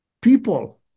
people